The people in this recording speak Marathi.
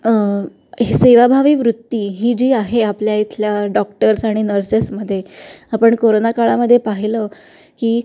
ही सेवाभावी वृत्ती ही जी आहे आपल्या इथल्या डॉक्टर्स आणि नर्सेसमध्ये आपण कोरोना काळामध्ये पाहिलं की